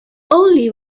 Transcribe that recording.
only